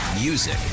Music